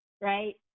right